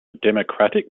democratic